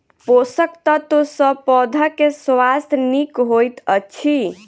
पोषक तत्व सॅ पौधा के स्वास्थ्य नीक होइत अछि